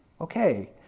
Okay